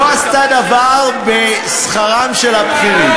לא עשתה דבר בשכרם של הבכירים.